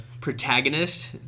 protagonist